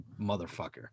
motherfucker